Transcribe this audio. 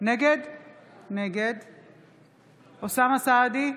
נגד אוסאמה סעדי,